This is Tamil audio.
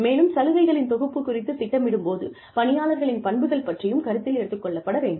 மேலும் சலுகைகளின் தொகுப்பு குறித்து திட்டமிடும் போது பணியாளர்களின் பண்புகள் பற்றியும் கருத்தில் எடுத்துக் கொள்ளப்பட வேண்டும்